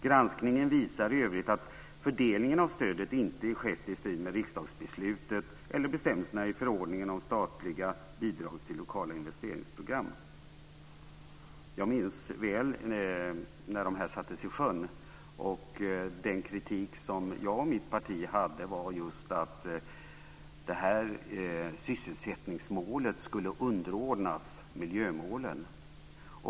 Granskningen visar i övrigt att fördelningen av stödet inte har skett i strid med riksdagsbeslutet eller bestämmelserna i förordningen om statliga bidrag till lokala investeringsprogram. Jag minns väl när dessa program sattes i sjön. Den kritik som jag och mitt parti hade var att sysselsättningsmålet skulle underordnas miljömålen.